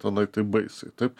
tenai taip baisiai taip